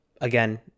Again